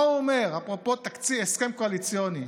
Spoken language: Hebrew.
אפרופו הסכם קואליציוני.